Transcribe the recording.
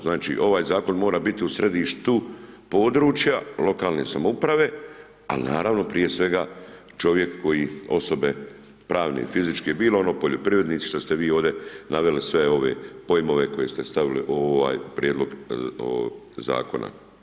Znači ovaj zakon mora biti u središtu područja lokalne samouprave, ali naravno, prije svega čovjek koji, osobe, pravne fizičke, bilo one poljoprivrednici, što ste vi ovdje naveli, sve ove pojmove, koje ste stavili u ovaj prijedlog zakona.